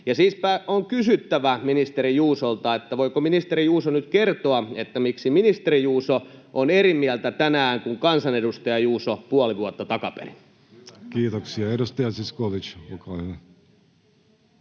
Siispä on kysyttävä ministeri Juusolta: voiko ministeri Juuso nyt kertoa, miksi ministeri Juuso on eri mieltä tänään kuin kansanedustaja Juuso puoli vuotta takaperin? Kiitoksia. — Edustaja Zyskowicz, olkaa hyvä.